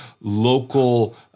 local